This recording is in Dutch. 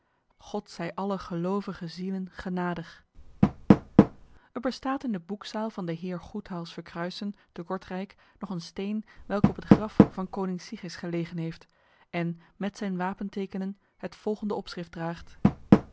godt sy alle gheloofvege sielen ghenaedich er bestaat in de boekzaal van de heer goethals vercruyssen te kortrijk nog een steen welke op het graf van koning sigis gelegen heeft en met zijn wapentekenen het volgende opschrift draagt